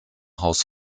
haus